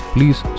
Please